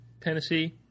tennessee